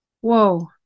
Whoa